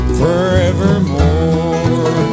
forevermore